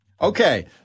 Okay